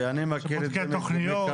ואני מכיר את זה מקרוב.